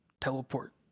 Teleport